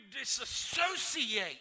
disassociate